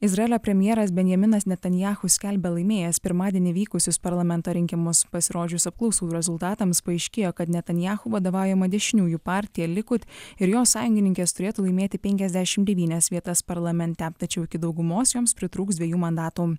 izraelio premjeras benjaminas netanyahu skelbia laimėjęs pirmadienį vykusius parlamento rinkimus pasirodžius apklausų rezultatams paaiškėjo kad netanyahu vadovaujama dešiniųjų partija likud ir jos sąjungininkės turėtų laimėti penkiasdešim devynias vietas parlamente tačiau iki daugumos joms pritrūks dviejų mandatų